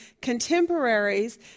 contemporaries